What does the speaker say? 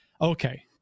okay